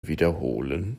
wiederholen